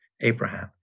Abraham